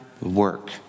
work